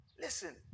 Listen